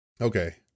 Okay